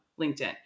LinkedIn